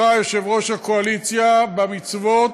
מלחמה בטרור, ב-BDS,